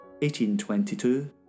1822